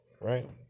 right